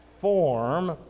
form